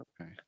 okay